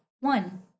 one